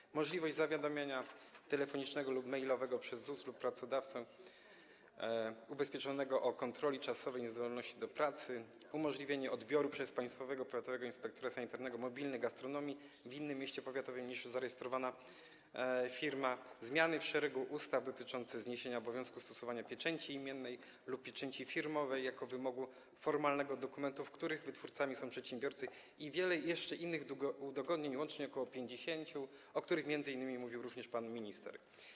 Dalej: możliwość zawiadamiania telefonicznego lub mailowego przez ZUS lub pracodawcę ubezpieczonego o kontroli czasowej niezdolności do pracy; umożliwienie odbioru przez państwowego powiatowego inspektora sanitarnego mobilnych gastronomii w innym mieście powiatowym, niż jest zarejestrowana firma; zmiany w szeregu ustaw dotyczące zniesienia obowiązku stosowania pieczęci imiennej lub pieczęci firmowej jako wymogu formalnego dokumentów, których wytwórcami są przedsiębiorcy, i jeszcze wiele innych udogodnień, łącznie ok. 50, o których mówił również pan minister.